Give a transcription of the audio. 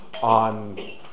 on